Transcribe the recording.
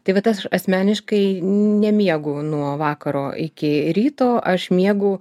tai vat aš asmeniškai nemiegu nuo vakaro iki ryto aš miegu